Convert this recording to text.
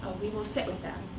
we will sit with them.